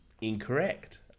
incorrect